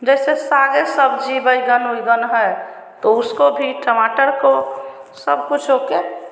जैसे सागे सब्ज़ी बैगन उगन है तो उसको भी टमाटर को सबकुछ बोकर